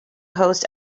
host